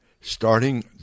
starting